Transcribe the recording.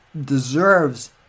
Deserves